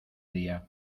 día